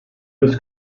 was